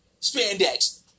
spandex